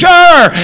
Sure